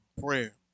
prayer